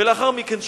ולאחר מכן,